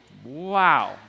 Wow